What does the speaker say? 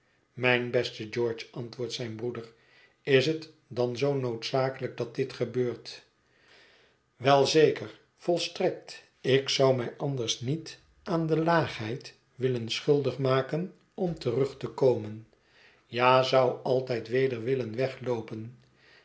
mijn beste george antwoordt zijn broeder is het dan zoo noodzakelijk dat dit gebeurt wel zeker volstrekt ik zou mij anders niet aan de laagheid willen schuldig maken om terug te komen ja zou altijd weder willen wegloopen